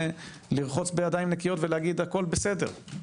לרחוץ בידיים נקיות ולומר: הכול בסדר.